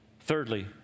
Thirdly